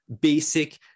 basic